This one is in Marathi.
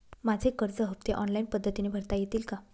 माझे कर्ज हफ्ते ऑनलाईन पद्धतीने भरता येतील का?